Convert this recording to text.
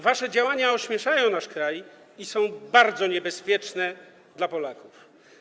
Wasze działania ośmieszają nasz kraj i są bardzo niebezpieczne dla Polaków.